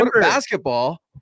basketball